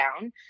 down